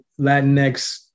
Latinx